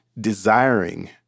desiring